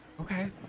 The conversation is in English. Okay